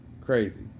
crazy